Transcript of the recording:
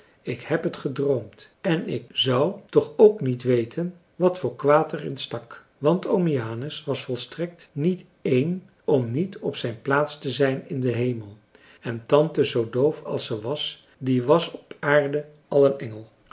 ik heb het gedroomd en ik zou toch ook niet weten wat voor kwaad er in stak want oom janus was volstrekt niet een om niet op zijn plaats te zijn in den hemel en tante zoo doof als ze was die was op aarde al een engel